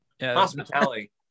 Hospitality